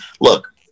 look